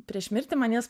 prieš mirtį man jas